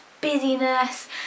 busyness